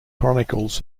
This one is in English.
chronicles